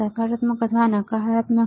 સકારાત્મક અથવા નકારાત્મક